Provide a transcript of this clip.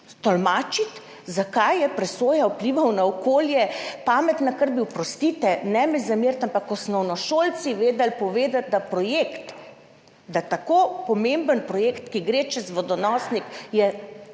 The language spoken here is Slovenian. tolmačiti, zakaj je presoja vplivov na okolje pametna, kar bi, oprostite, ne mi zameriti, ampak osnovnošolci znali povedati – da je za tako pomemben projekt, ki gre čez vodonosnik,